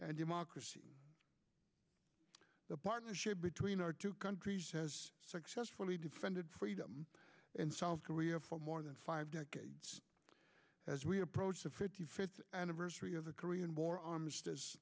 and democracy the partnership between our two countries has successfully defended freedom in south korea for more than five decades as we approach the fifty fifth anniversary of the korean war armistice